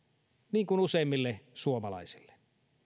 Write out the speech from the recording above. niin kuin useimmille suomalaisille